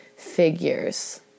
Figures